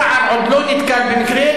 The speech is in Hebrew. השר סער עוד לא נתקל במקרה,